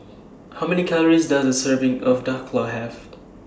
How Many Calories Does A Serving of Dhokla Have